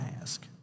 ask